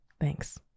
thanks